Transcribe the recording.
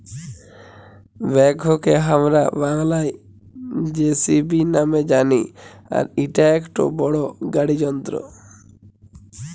ব্যাকহোকে হামরা বাংলায় যেসিবি নামে জানি আর ইটা একটো বড় গাড়ি যন্ত্র